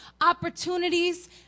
opportunities